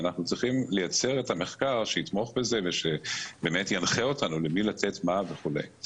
ואנחנו צריכים לייצר את המחקר שיתמוך בזה וינחה אותנו למי לתת מה וכו'.